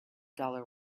dollar